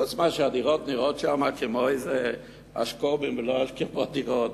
חוץ מזה שהדירות שם נראות כמו איזה אשקוביות ולא כמו דירות,